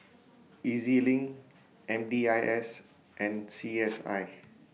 E Z LINK M D I S and C S I